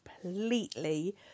completely